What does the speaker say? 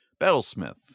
Battlesmith